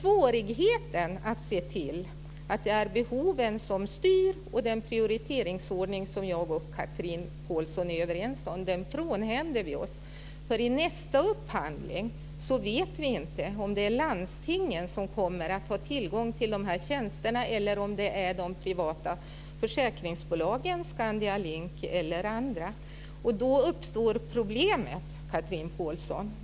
Uppgiften att se till att det är behoven och den prioriteringsordning som jag och Chatrine Pålsson är överens om som styr frånhänder vi oss. I nästa upphandling vet vi inte om det är landstingen som kommer att ha tillgång till de här tjänsterna eller om det är de privata försäkringsbolagen, Skandia Link eller andra. Då uppstår problemet, Chatrine Pålsson.